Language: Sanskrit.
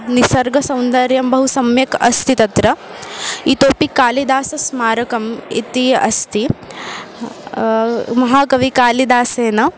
निसर्गसौन्दर्यं बहु सम्यक् अस्ति तत्र इतोपि कालिदासस्मारकम् इति अस्ति महाकविकालिदासेन